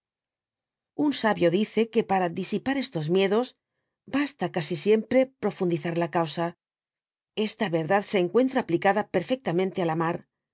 itn sabio dice que para disipar estos miedos basta casi siempre profundizar la causa esta verdad se encuentra aplicada perfectamente al amar